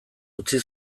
utzi